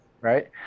right